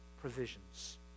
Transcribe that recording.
provisions